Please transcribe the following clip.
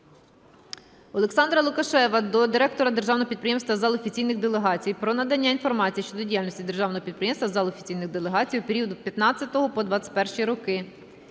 Олександра Лукашева до директора державного підприємства "Зал офіційних делегацій" про надання інформації щодо діяльності державного підприємства "Зал офіційних делегацій" у період з 2015 по 2021 роки.